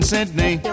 Sydney